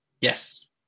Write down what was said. Yes